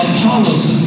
Apollos